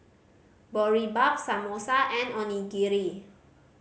Boribap Samosa and Onigiri